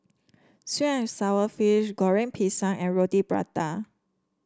sweet and sour fish Goreng Pisang and Roti Prata